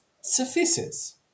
suffices